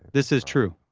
this is true.